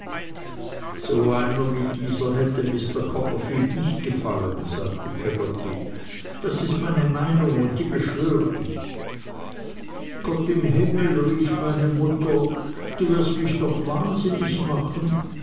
so einer wie dieser hätte mr copperfield nicht gefallen sagte peggotty das ist meine meinung und die beschwör ich gott im himmel rief meine mutter du wirst mich noch wahnsinnig machen